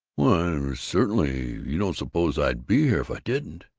why certainly! you don't suppose i'd be here if i didn't!